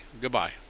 goodbye